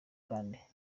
kandi